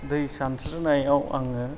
दै सानस्रिनायाव आङो